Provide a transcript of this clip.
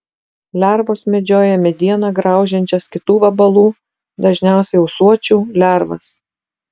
lervos medžioja medieną graužiančias kitų vabalų dažniausiai ūsuočių lervas